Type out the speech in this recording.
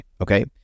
Okay